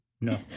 No